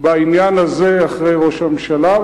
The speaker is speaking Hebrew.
בעניין הזה אחרי ראש הממשלה.